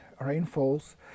rainfalls